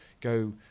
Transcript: go